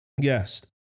yes